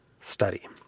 Study